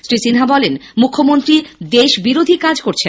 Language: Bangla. শ্রী সিন্হা বলেন মুখ্যমন্ত্রী দেশ বিরোধী কাজ করছেন